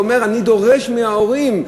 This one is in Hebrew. שאומר: אני דורש מההורים,